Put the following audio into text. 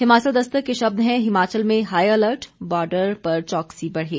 हिमाचल दस्तक के शब्द हैं हिमाचल में हाई अलर्ट बार्डर पर चौकसी बढ़ी